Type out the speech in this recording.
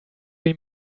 you